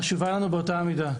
חשובה לנו באותה המידה.